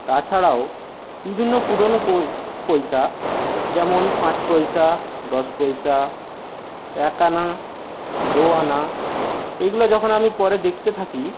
তাছাড়াও বিভিন্ন পুরনো পইসা যেমন পাঁচ পইসা দশ পইসা এক আনা দু আনা এগুলো যখন আমি পরে দেখতে থাকি